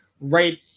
right